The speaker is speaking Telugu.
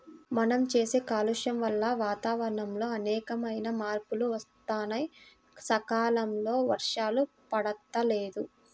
మనం చేసే కాలుష్యం వల్ల వాతావరణంలో అనేకమైన మార్పులు వత్తన్నాయి, సకాలంలో వర్షాలు పడతల్లేదు